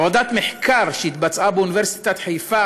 עבודת מחקר שהתבצעה באוניברסיטת חיפה